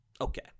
Okay